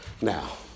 Now